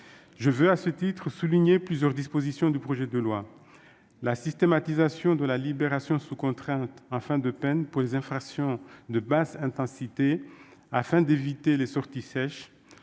Je veux à ce titre souligner plusieurs dispositions du présent projet de loi : la systématisation de la libération sous contrainte en fin de peine pour les infractions de basse intensité, afin d'éviter les sorties dites